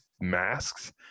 masks